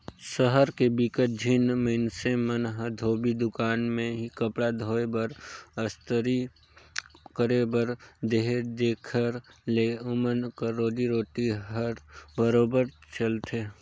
सहर के बिकट झिन मइनसे मन ह धोबी दुकान में ही कपड़ा धोए बर, अस्तरी करे बर देथे जेखर ले ओमन कर रोजी रोटी हर बरोबेर चलथे